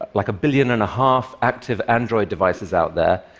like, a billion and a half active android devices out there.